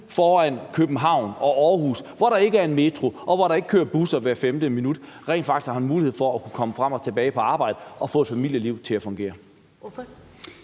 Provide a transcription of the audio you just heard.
for København og Aarhus, hvor der ikke er en metro, og hvor der ikke kører busser hvert femte minut, rent faktisk har en mulighed for at kunne komme frem og tilbage på arbejde og få et familieliv til at fungere?